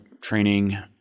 training